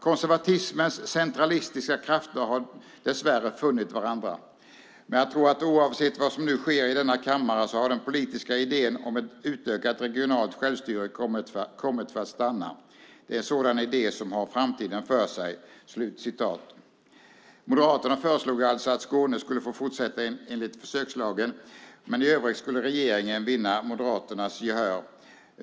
Konservatismens centralistiska krafter har dess värre funnit varandra. Men jag tror att oavsett vad som nu sker i denna kammare så har den politiska idén om ett utökat regionalt självstyre kommit för att stanna. Det är en sådan idé som har framtiden för sig." Moderaterna föreslog alltså att Skåne skulle få fortsätta enligt försökslagen, men i övrigt skulle regeringen vinna Moderaternas gehör.